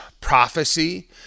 prophecy